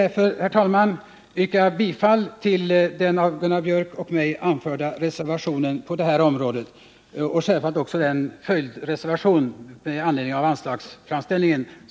Jag ber att få yrka bifall till den av Gunnar Biörck i Värmdö och mig anförda reservationen på det här området och självfallet också till den följdreservation som föreligger med anledning av anslagsframställningen.